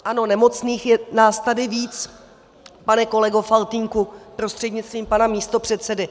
Ano, nemocných je nás tady víc, pane kolego Faltýnku, prostřednictvím pana místopředsedy.